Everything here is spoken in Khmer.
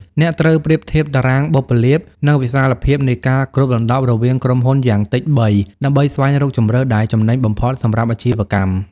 អ្នកត្រូវប្រៀបធៀប តារាងបុព្វលាភ និងវិសាលភាពនៃការគ្របដណ្ដប់រវាងក្រុមហ៊ុនយ៉ាងតិច ៣ ដើម្បីស្វែងរកជម្រើសដែលចំណេញបំផុតសម្រាប់អាជីវកម្ម។